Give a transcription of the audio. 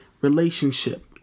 relationship